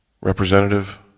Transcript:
representative